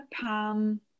palm